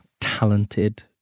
talented